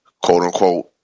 quote-unquote